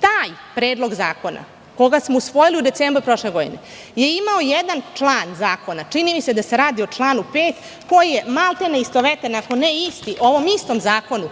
Taj predlog zakona koji smo usvojili u decembru prošle godine je imao jedan član zakona, čini mi se da se radi o članu 5. koji je maltene istovetan, ako ne isti u ovom istom zakonu